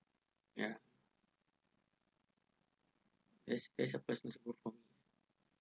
ya that's that's a personal transform